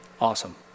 awesome